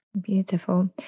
Beautiful